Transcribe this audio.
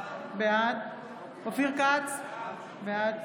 בעד אופיר כץ, בעד